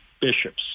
bishops